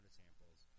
samples